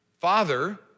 Father